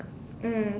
mm